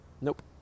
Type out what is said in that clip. nope